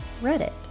Reddit